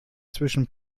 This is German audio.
zwischen